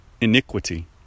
iniquity